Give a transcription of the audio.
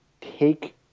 take –